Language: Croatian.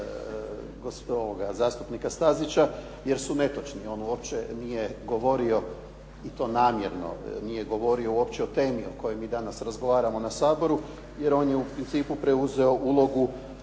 zastupnika Stazića jer su netočni. On uopće nije govorio i to namjerno nije govorio uopće o temi o kojoj mi danas razgovaramo na Saboru jer on je u principu preuzeo ulogu